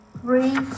three